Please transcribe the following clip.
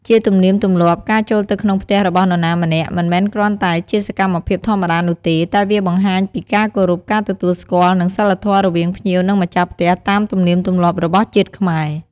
ជាទំនៀមទម្លាប់ ការចូលទៅក្នុងផ្ទះរបស់នរណាម្នាក់ មិនមែនគ្រាន់តែជាសកម្មភាពធម្មតានោះទេ តែវាបង្ហាញពីការគោរព ការទទួលស្គាល់ និងសីលធម៌រវាងភ្ញៀវនិងម្ចាស់ផ្ទះ តាមទំនៀមទម្លាប់របស់ជាតិខ្មែរ។